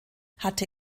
hatte